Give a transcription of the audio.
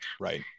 Right